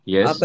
Yes